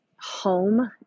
Home